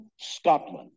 Scotland